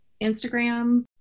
Instagram